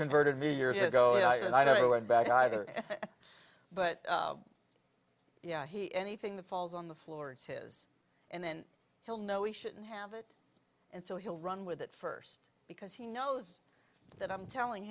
converted me years ago yes and i never went back either but yeah he anything that falls on the floor it's his and then he'll know he shouldn't have it and so he'll run with it first because he knows that i'm telling